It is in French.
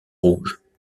rouges